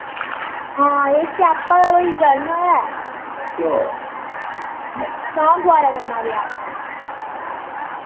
हां एह् स्याप्पा गै होइया इ'य्यां गै अच्छा तां दोबारा करना पेआ